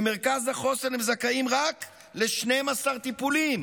ממרכז החוסן הם זכאים רק ל-12 טיפולים.